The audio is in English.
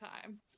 time